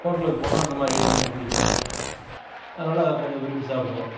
ஹோட்டலுக்கு போனால் இந்தமாதிரி ஐட்டம் கொஞ்சம் பிடிக்கும் அதனால அது கொஞ்சம் விரும்பி சாப்பிடுவோம்